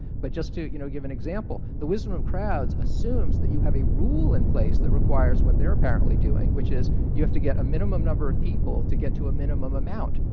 but just to you know give an example, the wisdom of a crowd assumes that you have a rule in place that requires what they're apparently doing, which is you have to get a minimum number of people to get to a minimum amount.